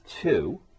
two